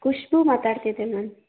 ಖುಷ್ಬೂ ಮಾತಾಡ್ತಿದ್ದೀನಿ ನಾನು